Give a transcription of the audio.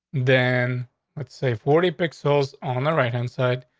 then let's say forty pixels on the right hand side,